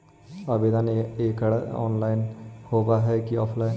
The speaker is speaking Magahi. आवेदन एकड़ ऑनलाइन होव हइ की ऑफलाइन?